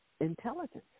intelligence